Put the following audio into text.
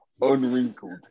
unwrinkled